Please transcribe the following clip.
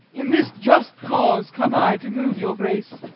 in this just cause come i to move your grace.